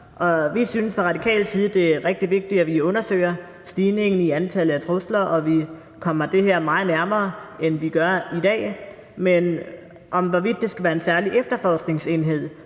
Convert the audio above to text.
Vi synes fra radikal side, at det er rigtig vigtigt, at vi undersøger stigningen i antallet af trusler, og at vi kommer det her meget nærmere, end vi er i dag, men hvorvidt det skal være en særlig efterforskningsenhed